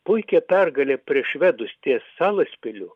puikią pergalę prieš švedus ties salaspiliu